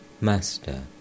Master